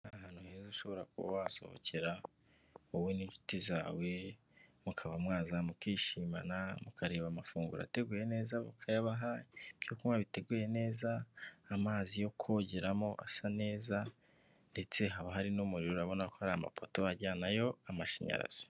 Ni ahantu heza ushobora kuba wasohokera, wowe n'inshuti zawe mukaba mwaza mukishimana, mukareba amafunguro ateguye neza bakayabaha, ibyo kunywa biteguye neza, amazi yo kogeramo asa neza ndetse haba hari n'umuriro urabona ko hari amapoto ajyanayo amashanyarazi.